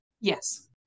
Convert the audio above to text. Yes